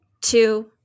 two